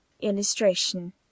illustration